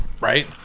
right